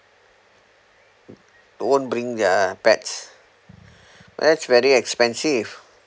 won't bring their pets that's very expensive